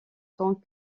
tant